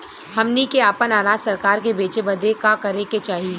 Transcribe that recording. हमनी के आपन अनाज सरकार के बेचे बदे का करे के चाही?